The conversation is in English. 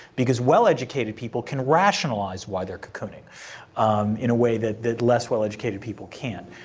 because well-educated people can rationalize why they're cocooning in a way that that less well-educated people can't.